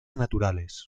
naturales